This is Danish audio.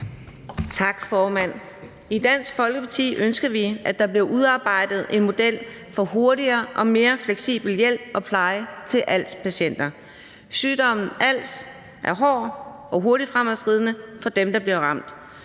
Tak, formand. I Dansk Folkeparti ønsker vi, at der bliver udarbejdet en model for hurtigere og mere fleksibel hjælp og pleje til als-patienter. Sygdommen als er hård og hurtigt fremadskridende for dem, der bliver ramt.